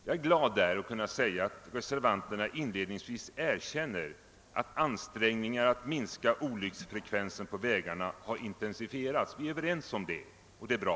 Jag är glad att kunna konstatera att reservanterna inledningsvis erkänner att »ansträngningarna att minska olycksfrekvensen på vägarna intensifierats». Vi är överens om det, och det är bra.